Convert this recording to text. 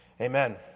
Amen